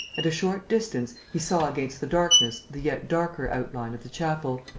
at a short distance, he saw against the darkness the yet darker outline of the chapel,